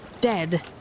dead